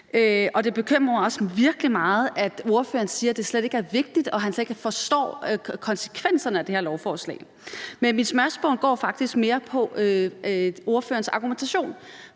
det bekymrer mig også virkelig meget, at ordføreren siger, at det slet ikke er vigtigt, og at han slet ikke forstår konsekvenserne i forhold til det her lovforslag. Men mit spørgsmål går faktisk mere på ordførerens argumentation,